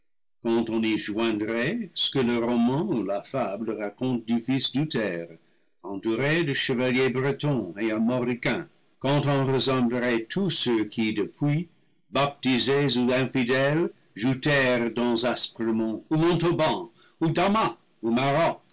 quand on y joindrait ce que le roman ou la fable raconte du fils d'uther entouré de chevaliers bretons et armoricains quand on rassemblerait tous ceux qui depuis baptisés ou infidèles joutèrent dans aspremont ou montauban ou damas ou maroc